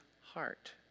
heart